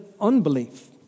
unbelief